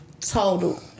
Total